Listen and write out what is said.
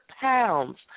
pounds